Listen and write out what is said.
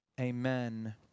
Amen